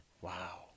Wow